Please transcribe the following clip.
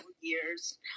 years